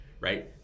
right